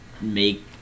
make